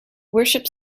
worship